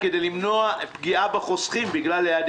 כדי למנוע פגיעה בחוסכים בגלל שלא הצלחנו לסיים